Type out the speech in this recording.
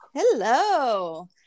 Hello